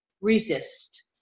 resist